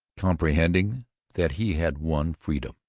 comprehending that he had won freedom,